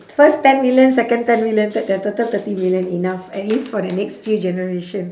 first ten million second ten million third ya total thirty million enough at least for the next few generation